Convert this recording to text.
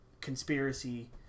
conspiracy